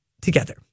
together